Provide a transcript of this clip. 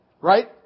Right